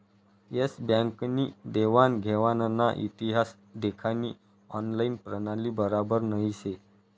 S Bank नी देवान घेवानना इतिहास देखानी ऑनलाईन प्रणाली बराबर नही शे